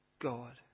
God